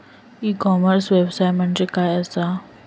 E commerce व्यवसाय म्हणजे काय असा?